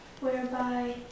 whereby